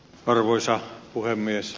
arvoisa puhemies